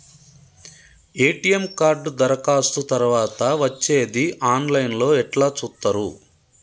ATM card దరఖాస్తు తరువాత వచ్చేది ఆన్ లైన్ లో ఎట్ల చూత్తరు?